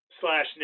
slash